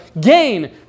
gain